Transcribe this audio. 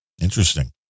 Interesting